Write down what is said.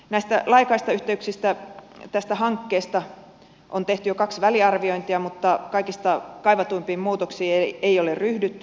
näistä laajakaistayhteyksistä tästä hankkeesta on tehty jo kaksi väliarviointia mutta kaikista kaivatuimpiin muutoksiin ei ole ryhdytty